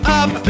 up